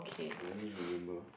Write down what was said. ya I just remember